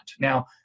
Now